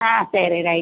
ஆ சரி ரைட்டு